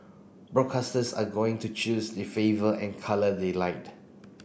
broadcasters are going to choose the flavour and colour they like